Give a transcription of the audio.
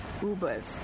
Ubers